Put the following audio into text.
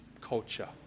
culture